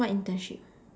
what internship